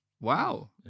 Wow